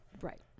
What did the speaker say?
right